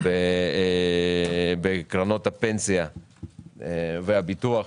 בקרנות הפנסיה והביטוח,